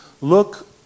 Look